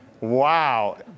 Wow